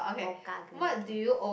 Pokka green tea